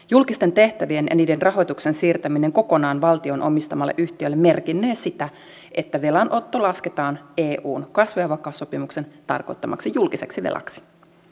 julkisten tehtävien ja niiden rahoituksen siirtäminen kokonaan valtion omistamalle yhtiölle merkinnee sitä että velanotto lasketaan eun kasvu ja vakaussopimuksen tarkoittamaksi julkiseksi velaksi